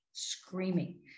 screaming